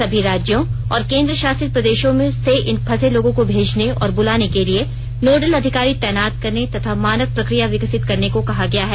सभी राज्यों और केंद्र शासित प्रदेशों से इन फंसे लोगों को भेजने और बुलाने के लिए नोडल अधिकारी तैनात करने तथा मानक प्रकिया विकसित करने को कहा गया है